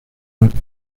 norte